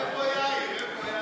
איפה יאיר?